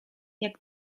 jak